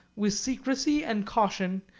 with secrecy and caution,